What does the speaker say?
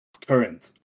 current